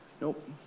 Nope